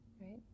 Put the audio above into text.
right